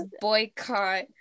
boycott